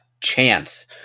chance